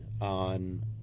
on